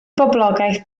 boblogaeth